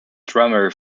drummer